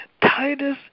Titus